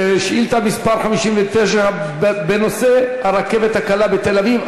שאילתה מס' 59 בנושא: הרכבת הקלה בתל-אביב.